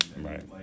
Right